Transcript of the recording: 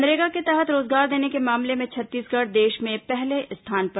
मनरेगा के तहत रोजगार देने के मामले में छत्तीसगढ़ देश में पहले स्थान पर